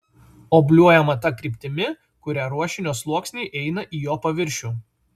obliuojama ta kryptimi kuria ruošinio sluoksniai eina į jo paviršių